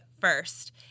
first